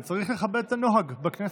וצריך לכבד את הנוהג בכנסת.